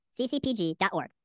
ccpg.org